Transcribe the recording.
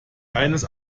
eines